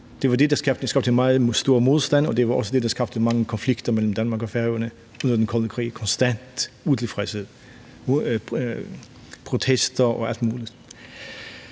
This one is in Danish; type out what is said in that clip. der bare. Det skabte meget stor modstand, og det var også det, der skabte mange konflikter mellem Danmark og Færøerne under den kolde krig, og det skabte konstant utilfredshed i form af protester og alt muligt.